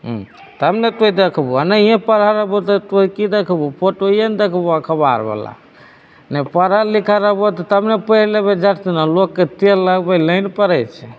तब ने तोइ देखबहो आ नहिए पढ़ल रहबहो तऽ तोइ की देखबहो फोटोए ने देखबहो अखबार बला नहि पढ़ल लिखल रहबहो तब ने पढ़ि लेबै झट सीना लोगके तेल लगबै नहि ने पड़ैत छै